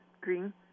green